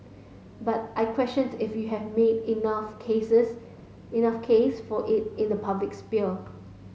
but I questioned if you have made enough cases enough case for it in the public sphere